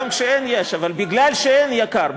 גם כשאין יש, אבל מכיוון שאין, יקר.